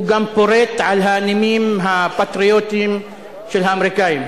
הוא גם פורט על הנימים הפטריוטיים של האמריקנים.